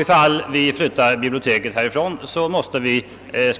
Ifall riksdagsbiblioteket flyttas härifrån, måste vi